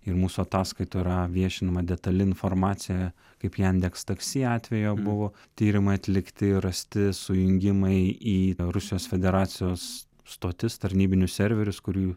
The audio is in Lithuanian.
ir mūsų ataskaitoje yra viešinama detali informacija kaip jandex taksi atveju buvo tyrimai atlikti rasti sujungimai į rusijos federacijos stotis tarnybinius serverius kurių